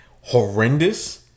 Horrendous